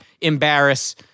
embarrass